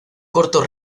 corto